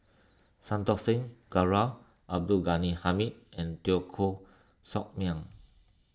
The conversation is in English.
Santokh Singh Grewal Abdul Ghani Hamid and Teo Koh Sock Miang